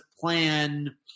plan